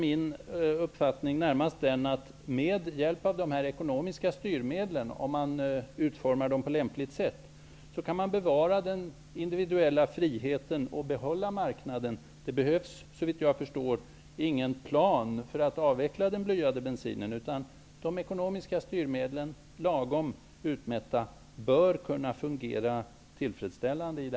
Min uppfattning är närmast att man med lämpligt utformade ekonomiska styrmedel kan bevara den individuella friheten och behålla marknaden. Det behövs, såvitt jag förstår, ingen plan för att avveckla den blyade bensinen. De lagom utmätta ekonomiska styrmedlen bör i det här fallet kunna fungera tillfredsställande.